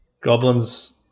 Goblins